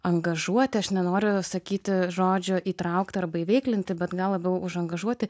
angažuoti aš nenoriu sakyti žodžio įtraukti arba įveiklinti bet gal labiau užangažuoti